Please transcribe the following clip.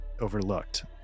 overlooked